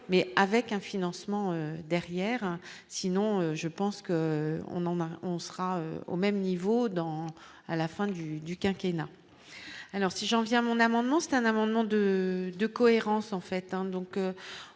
mais avec un financement derrière sinon je pense que on en a, on sera au même niveau dans à la fin du du quinquennat alors si j'en viens mon amendement, c'est un amendement de de cohérence en fait